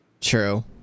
true